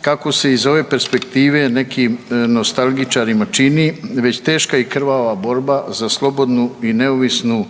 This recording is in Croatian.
kako se iz ove perspektive nekim nostalgičarima čini već teška i krvava borba za slobodnu i neovisnu